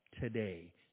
today